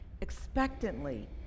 expectantly